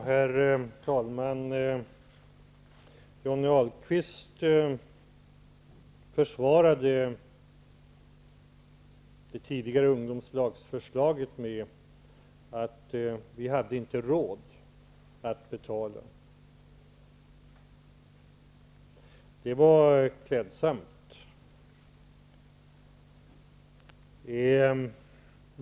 Herr talman! Johnny Ahlqvist försvarade det tidigare ungdomslagsförslaget med att säga: Vi hade inte råd att betala. Det var klädsamt.